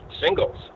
singles